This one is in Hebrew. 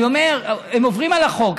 אני אומר, הם עוברים על החוק.